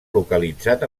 localitzat